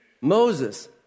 Moses